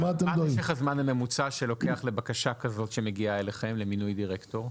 מה משך הזמן הממוצע שלוקח לבקשה כזאת שמגיעה אליכם למינוי דירקטור?